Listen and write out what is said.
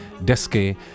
desky